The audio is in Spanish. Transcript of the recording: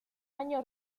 año